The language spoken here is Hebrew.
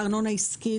ארנונה עסקית,